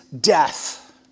death